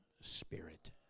spirit